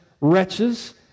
wretches